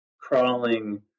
crawling